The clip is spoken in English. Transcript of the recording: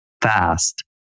fast